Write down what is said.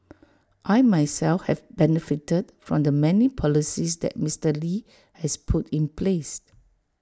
I myself have benefited from the many policies that Mister lee has put in place